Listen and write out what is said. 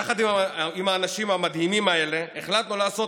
יחד עם האנשים המדהימים האלה החלטנו לעשות